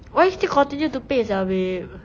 why you still continue to pay sia babe